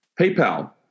PayPal